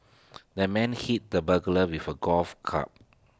the man hit the burglar with A golf club